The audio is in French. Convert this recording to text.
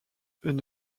une